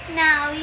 now